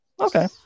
Okay